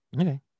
Okay